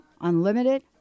unlimited